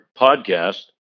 podcast